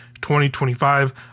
2025